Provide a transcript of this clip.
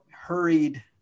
hurried